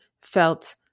felt